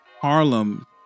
Harlem